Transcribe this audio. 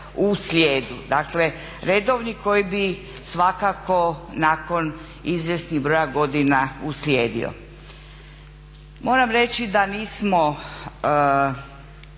u slijedu. Dakle redovni koji bi svakako nakon izvjesnih broja godina uslijedio. Moram reći da nismo